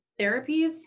therapies